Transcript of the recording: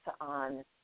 on